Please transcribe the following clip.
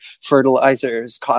Fertilizers